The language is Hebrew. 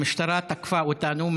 המשטרה תקפה אותנו,